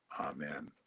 Amen